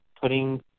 putting